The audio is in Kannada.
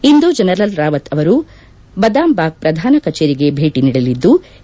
ಇಂದು ಜನರಲ್ ರಾವತ್ ಅವರು ಬದಾಮ್ಬಾಗ್ ಪ್ರಧಾನ ಕಚೇರಿಗೆ ಭೇಟಿ ನೀಡಲಿದ್ಲು